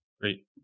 Great